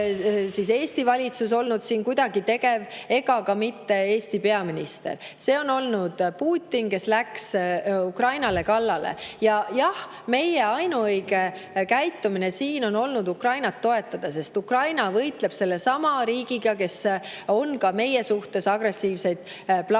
ole Eesti valitsus olnud siin kuidagi tegev ega ka mitte Eesti peaminister. See on olnud Putin, kes läks Ukrainale kallale. Jah, meie ainuõige käitumine on olnud Ukrainat toetada, sest Ukraina võitleb sellesama riigiga, kes on ka meie suhtes agressiivseid plaane